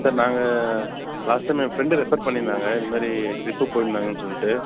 sir நாங்கள் last time a friend refer பண்ணியிருந்தாங்க இது மாதிரி ட்ரிப்பு போயிருந்தாங்கன்னு சொல்லிட்டு